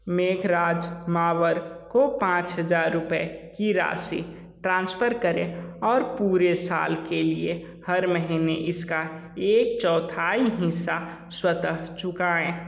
मेघराज मावर को पाँच हज़ार रुपये की राशि ट्रांसफ़र करें और पूरे साल के लिए हर महीने इसका एक चौथाई हिस्सा स्वतः चुकाएँ